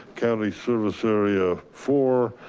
county service area four,